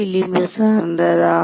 விளிம்பு சார்ந்ததா